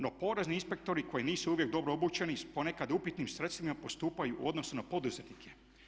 No porezni inspektori koji nisu uvijek dobro obučeni i s ponekad upitnim sredstvima postupaju u odnosu na poduzetnike.